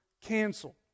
cancel